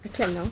clap now